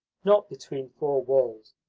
not between four walls,